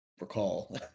recall